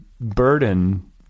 burden